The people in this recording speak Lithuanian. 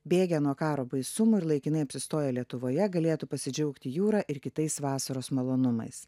bėgę nuo karo baisumų ir laikinai apsistoję lietuvoje galėtų pasidžiaugti jūra ir kitais vasaros malonumais